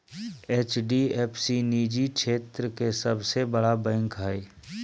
HDF सी निजी क्षेत्र के सबसे बड़ा बैंक हय